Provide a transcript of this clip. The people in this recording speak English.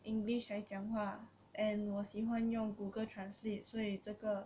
english 来讲话 and 我喜欢用 google translate 所以这个